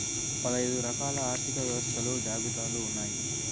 పదైదు రకాల ఆర్థిక వ్యవస్థలు జాబితాలు ఉన్నాయి